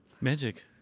magic